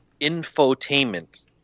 infotainment